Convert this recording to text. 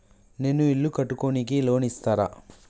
నేను ఇల్లు కట్టుకోనికి లోన్ ఇస్తరా?